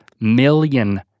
million